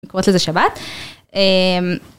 מקומות לזה שבת.